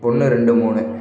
ஒன்று ரெண்டு மூணு